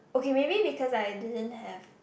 okay maybe because I didn't have